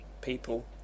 people